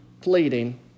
fleeting